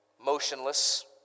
motionless